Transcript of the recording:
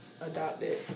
adopted